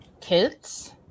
kids